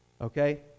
Okay